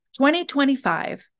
2025